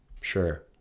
Sure